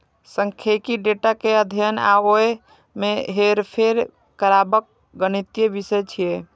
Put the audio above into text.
सांख्यिकी डेटा के अध्ययन आ ओय मे हेरफेर करबाक गणितीय विषय छियै